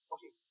Okay